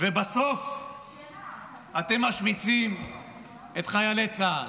ובסוף אתם משמיצים את חיילי צה"ל.